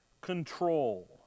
control